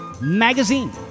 Magazine